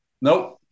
nope